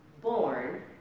born